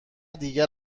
دیگر